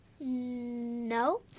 No